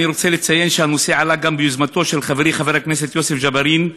אני רוצה לציין שהנושא עלה גם ביוזמתו של חברי חבר הכנסת יוסף ג'בארין,